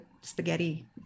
spaghetti